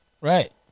Right